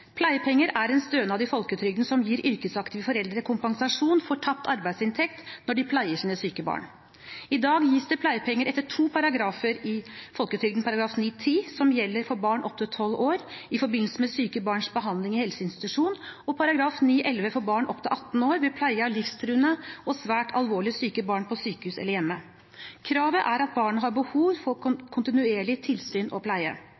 Pleiepenger er en stønad i folketrygden som gir yrkesaktive foreldre kompensasjon for tapt arbeidsinntekt når de pleier sine syke barn. I dag gis det pleiepenger etter to paragrafer i folketrygdloven: § 9-10, som gjelder for barn opp til 12 år i forbindelse med syke barns behandling i helseinstitusjon, og § 9-11, for barn opp til 18 år ved pleie av livstruende syke og svært alvorlig syke barn på sykehus eller hjemme. Kravet er at barnet har behov for kontinuerlig tilsyn og pleie.